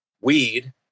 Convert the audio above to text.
weed